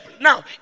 Now